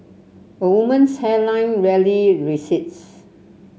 a woman's hairline rarely recedes